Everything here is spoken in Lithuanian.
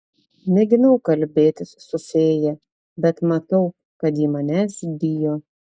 mėginau kalbėtis su fėja bet matau kad ji manęs bijo